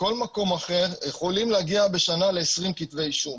בכל מקום אחר יכולים להגיע בשנה ל-20 כתבי אישום.